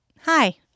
Hi